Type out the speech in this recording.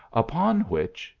upon which,